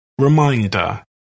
reminder